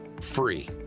free